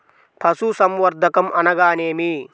పశుసంవర్ధకం అనగానేమి?